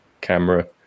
Camera